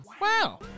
Wow